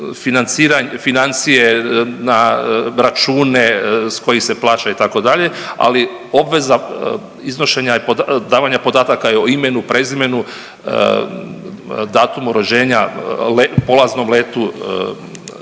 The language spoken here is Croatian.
financije, na račune s kojih se plaća itd., ali obveza izvršenja je, davanja podataka je o imenu, prezimenu, datumu rođenja, polaznom letu,